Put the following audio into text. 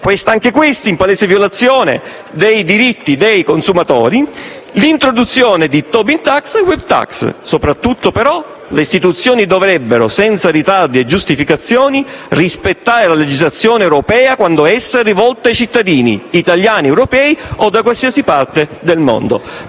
anche questi in palese violazione dei diritti dei consumatori, l'introduzione di *tobin tax* e *web tax*. Soprattutto però le istituzioni dovrebbero, senza ritardi e giustificazioni, rispettare la legislazione europea quando essa è rivolta ai cittadini, italiani, europei o di qualsiasi parte del mondo.